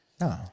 No